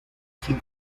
sin